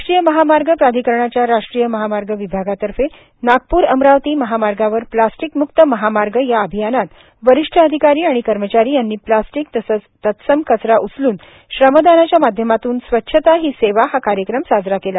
राष्ट्रीय महामार्ग प्राधिकरणाच्या राष्ट्रीय महामार्ग विभागातर्फे नागपूर अमरावती महामार्गावर प्लास्टिक मुक्त महामार्ग या अभियानात वरिष्ठ अधिकारी आणि कर्मचारी यांनी प्लास्टिक तसंच तत्सम कचरा उचलून श्रमदानाच्या माध्यमातून स्वच्छता ही सेवा हा कार्यक्रम साजरा केला